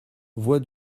voix